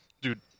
Dude